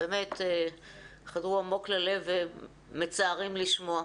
באמת חדרו עמוק ללב ומצערים לשמוע.